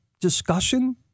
discussion